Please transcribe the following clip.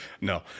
No